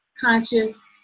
conscious